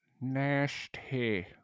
Nasty